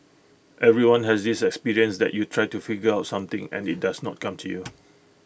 everyone has this experience that you try to figure out something and IT does not come to you